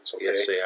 Yes